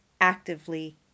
actively